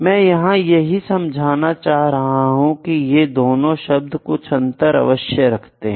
मैं यहां यही समझाना चाह रहा हूं कि यह दोनों शब्द कुछ अंतर अवश्य रखते हैं